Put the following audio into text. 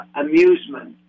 amusement